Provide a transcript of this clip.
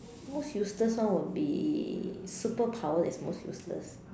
most useless one will be superpower that is most useless